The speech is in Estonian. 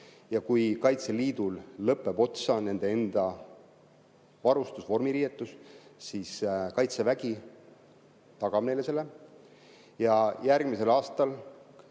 ja kui Kaitseliidul lõpeb otsa nende enda varustus, vormiriietus, siis kaitsevägi tagab neile selle. Ja kui RKIK